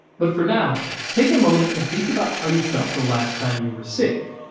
but for now take a moment and think about how you felt the last time you were sick.